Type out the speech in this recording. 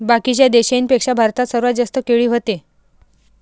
बाकीच्या देशाइंपेक्षा भारतात सर्वात जास्त केळी व्हते